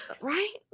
right